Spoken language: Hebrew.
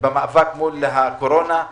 במאבק מול הקורונה,